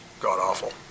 god-awful